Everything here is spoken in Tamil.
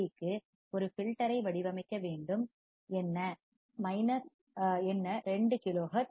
க்கு ஒரு ஃபில்டர் ஐ வடிவமைக்க வேண்டும் என்ன 2 கிலோஹெர்ட்ஸ்